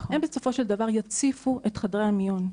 הם בסופו של דבר יציפו את חדרי המיון,